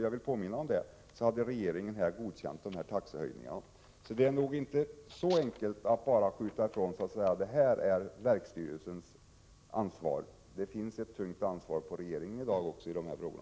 Jag vill påminna om att regeringen dessförinnan hade godkänt taxehöjningarna. Det är nog inte så enkelt som att bara skjuta saken ifrån sig och säga att detta är verksstyrelsens ansvar. Det vilar ett tungt ansvar på regeringen också i dessa frågor.